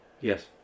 Yes